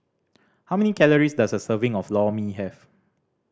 how many calories does a serving of Lor Mee have